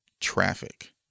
traffic